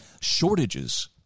shortages